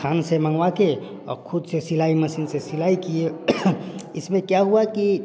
थान से मँगवा के और खुद से सिलाई मशीन से सिलाई किये इसमें क्या हुआ